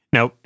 Now